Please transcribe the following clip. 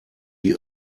die